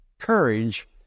courage